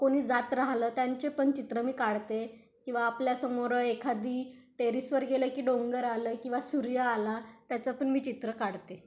कोणी जात्र हालं त्यांचे पण चित्र मी काढते किंवा आपल्यासमोर एखादी टेरीसवर गेलं की डोंगर आलं किंवा सूर्य आला त्याचं पण मी चित्र काढते